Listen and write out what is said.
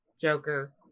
Joker